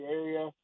area